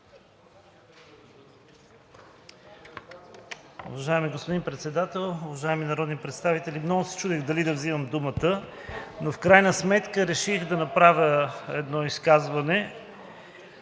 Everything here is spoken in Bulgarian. Уважаеми господин Председател, уважаеми народни представители! Много се чудех дали да вземам думата, но в крайна сметка реших да направя едно изказване.